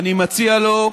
אני מציע לו: